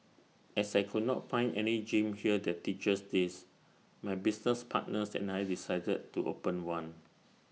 as I could not find any gym here that teaches this my business partners and I decided to open one